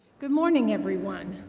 good morning, everyone.